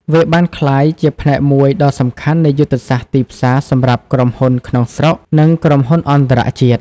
វាបានក្លាយជាផ្នែកមួយដ៏សំខាន់នៃយុទ្ធសាស្ត្រទីផ្សារសម្រាប់ក្រុមហ៊ុនក្នុងស្រុក និងក្រុមហ៊ុនអន្តរជាតិ។